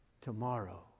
tomorrow